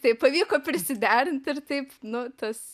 taip pavyko prisiderint ir taip nu tas